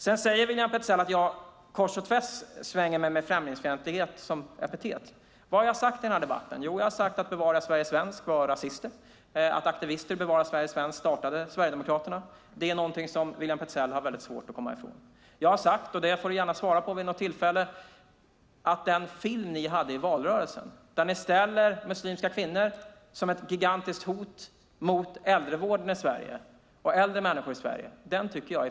Sedan säger William Petzäll att jag kors och tvärs svänger mig med främlingsfientlighet som epitet. Vad har jag sagt i denna debatt? Jag har sagt att Bevara Sverige svenskt var rasister och att aktivister från Bevara Sverige svenskt startade Sverigedemokraterna. Det är någonting som William Petzäll har svårt att komma ifrån. Jag har sagt - det får du gärna svara på vid något tillfälle, William Petzäll - att jag tycker att den film som ni hade i valrörelsen, där ni framställer muslimska kvinnor som ett gigantiskt hot mot äldrevården och äldre människor i Sverige, är främlingsfientlig.